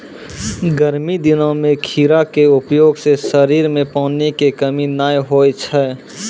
गर्मी दिनों मॅ खीरा के उपयोग सॅ शरीर मॅ पानी के कमी नाय होय छै